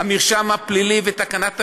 המרשם הפלילי ותקנת השבים,